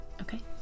Okay